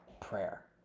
prayer